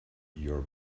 your